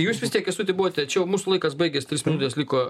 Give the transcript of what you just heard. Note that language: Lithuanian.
jūs vis tiek kęstuti buvote čia jau mūsų laikas baigės trys minutės liko